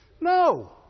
No